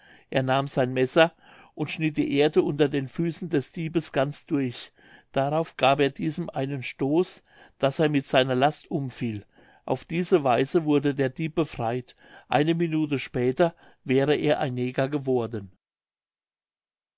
er nahm sein messer und schnitt die erde unter den füßen des diebes ganz durch darauf gab er diesem einen stoß daß er mit seiner last umfiel auf diese weise wurde der dieb befreit eine minute später wäre er ein neger geworden